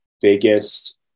biggest